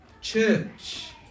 church